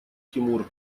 тимур